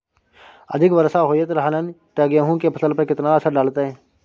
अधिक वर्षा होयत रहलनि ते गेहूँ के फसल पर केतना असर डालतै?